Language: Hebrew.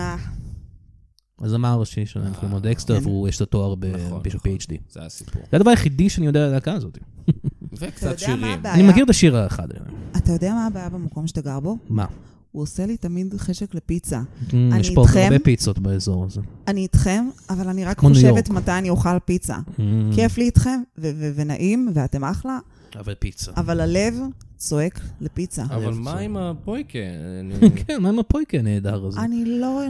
אה. אז הזמר הראשי שלהם, אה. דקסטר, אוקיי. והוא, יש לו תואר נכון, בפי- נכון. PhD. זה הסיפור. זה הדבר היחידי שאני יודע על הלהקה הזאת. וקצת אתה יודע מה שירים. אני הבעיה? מכיר את השיר האחד. אתה יודע מה הבעיה במקום שאתה גר בו? מה? הוא עושה לי תמיד חשק לפיצה. אמ, יש אני פה עוד איתכם- הרבה פיצות באזור הזה. אני איתכם, אבל אני זה רק כמו ניו חושבת יורק. מתי אני אוכל פיצה. אמ. כיף לי איתכם, ו- ו- ונעים, ואתם אחלה, אבל פיצה. אבל הלב צועק לפיצה. אבל הלב מה צועק. עם הפויקה? אני- כן, מה עם הפויקה הנהדר הזה? אני לא